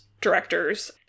directors